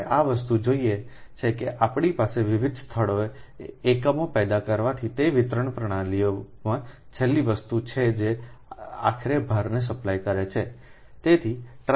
આપણે આ વસ્તુ જોઇ છે કે આપણી પાસે વિવિધ સ્થળોએ એકમો પેદા કરવાથી તે વિતરણ પ્રણાલીઓમાં છેલ્લી વસ્તુ છે જે આખરે ભારને સપ્લાય કરે છે